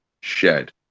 shed